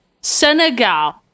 Senegal